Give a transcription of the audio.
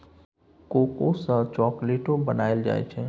cocoa सँ चाकलेटो बनाइल जाइ छै